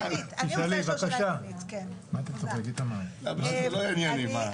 בוודאי עניינית, למה שלא תהיה שאלה עניינית?